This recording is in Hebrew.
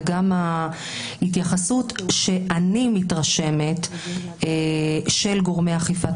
וגם ההתייחסות שאני מתרשמת של גורמי אכיפת